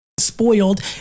spoiled